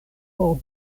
por